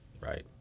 right